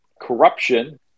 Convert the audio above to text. corruption